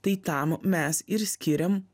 tai tam mes ir skiriam